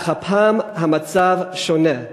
אך הפעם המצב שונה: